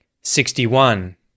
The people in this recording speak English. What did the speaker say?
sixty-one